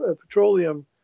petroleum